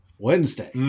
Wednesday